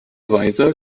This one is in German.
weise